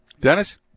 Dennis